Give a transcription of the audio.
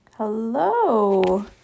Hello